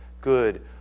good